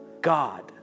God